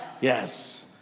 yes